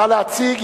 נא להציג.